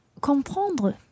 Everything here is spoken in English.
comprendre